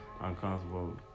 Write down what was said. uncomfortable